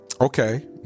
okay